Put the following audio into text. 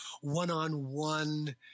one-on-one